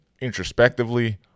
introspectively